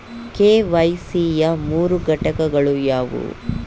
KYC ಯ ಮೂರು ಘಟಕಗಳು ಯಾವುವು?